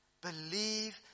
Believe